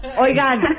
Oigan